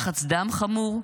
לחץ דם חמור,